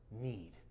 need